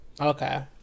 Okay